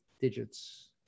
digits